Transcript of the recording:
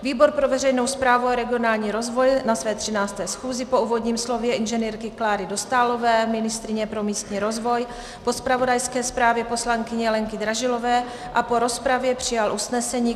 Výbor pro veřejnou správu a regionální rozvoj na své 13. schůzi po úvodním slově Ing. Kláry Dostálové, ministryně pro místní rozvoj, po zpravodajské zprávě poslankyně Lenky Dražilové a po rozpravě přijal usnesení, kterým: